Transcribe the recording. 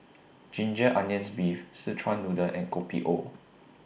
Ginger Onions Beef Szechuan Noodle and Kopi O